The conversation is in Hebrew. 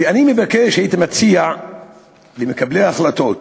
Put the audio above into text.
ואני מבקש להציע למקבלי ההחלטות,